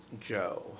Joe